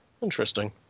Interesting